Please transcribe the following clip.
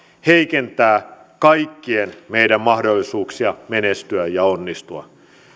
heikentää kaikkien meidän mahdollisuuksia menestyä ja onnistua